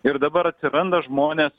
ir dabar atsiranda žmonės